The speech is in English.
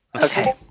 Okay